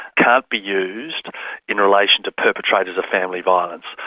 can't be used in relation to perpetrators of family violence.